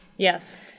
Yes